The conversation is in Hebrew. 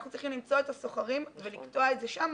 אנחנו צריכים למצוא את הסוחרים ולקטוע את זה שם